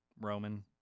Roman